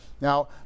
Now